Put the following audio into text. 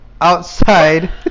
outside